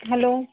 hello